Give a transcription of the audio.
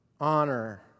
honor